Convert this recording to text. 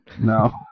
No